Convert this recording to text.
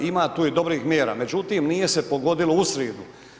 Ima tu i dobrih mjera, međutim nije se pogodilo u sridu.